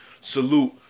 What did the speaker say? salute